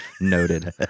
Noted